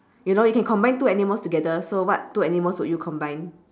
you know you can combine two animals together so what two animals would you combine